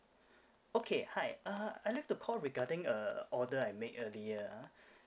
okay hi uh I like to call regarding a order I made earlier ah